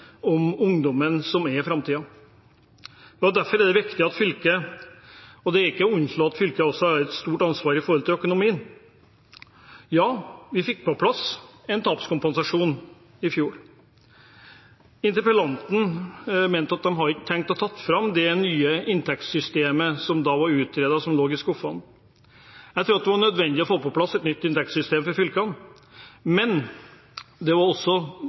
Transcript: om ungdommen, som er framtiden. Det er ikke til å unnslå at fylket også har et stort ansvar med hensyn til økonomien. Ja, vi fikk på plass en tapskompensasjon i fjor. Interpellanten mente at de ikke hadde trengt å ta fram det nye inntektssystemet som da var utredet, og som lå i skuffene. Jeg tror at det var nødvendig å få på plass et nytt inntektssystem for fylkene, men det var også